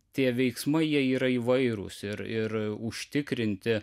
tie veiksmai jie yra įvairūs ir ir užtikrinti